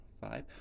five